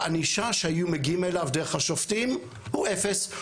הענישה שהיו מגיעים אליה דרך השופטים הוא אפס,